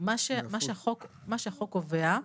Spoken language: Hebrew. מה שהחוק קובע,